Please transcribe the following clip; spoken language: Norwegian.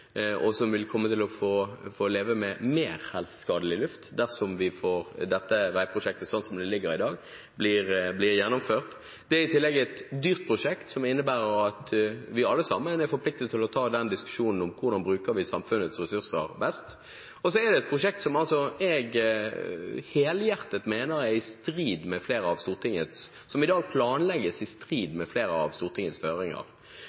og som vil få leve med mer helseskadelig luft dersom dette veiprosjektet blir gjennomført, slik det foreligger i dag. Det er i tillegg et dyrt prosjekt som innebærer at vi alle sammen er forpliktet til å ta diskusjonen om hvordan vi bruker samfunnets ressurser best. Og det er et prosjekt som jeg helhjertet mener planlegges i strid med flere av Stortingets føringer.